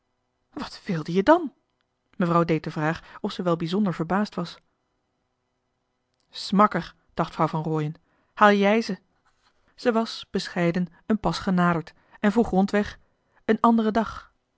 wat wilde je dan mevrouw deed de vraag of zij wel bijzonder verbaasd was smakker dacht vrouw van rooien haal jij ze ze was bescheiden een pas genaderd en vroeg rondweg een anderen dag